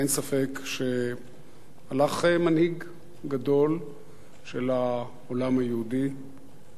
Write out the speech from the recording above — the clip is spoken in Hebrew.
ואין ספק שהלך מנהיג גדול של העולם היהודי.